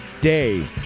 day